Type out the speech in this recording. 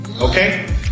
okay